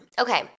Okay